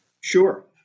Sure